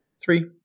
three